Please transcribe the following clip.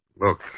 Look